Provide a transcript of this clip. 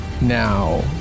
now